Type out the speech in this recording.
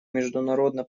международно